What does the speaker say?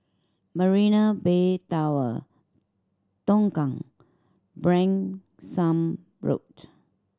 Marina Bay Tower Tongkang Branksome Road